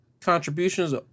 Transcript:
contributions